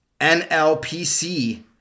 NLPC